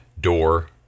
door